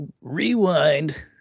rewind